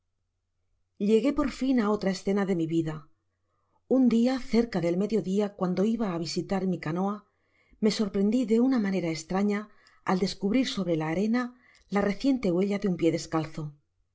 llegué por fin á otra escena efe mi vida un dia cerca del medio dia cuando iba á visitar mi canoa me sorprett di de una manera estrana al descubrir sobre la arena te reciente huella de un pié descalzo